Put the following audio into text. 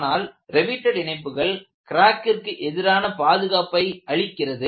ஆனால் ரெவிட்டேட் இணைப்புகள் கிராக்கிற்கு எதிரான பாதுகாப்பை அளிக்கிறது